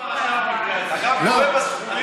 טועה בפרשה.